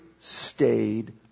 stayed